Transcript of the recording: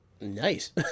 Nice